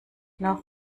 noch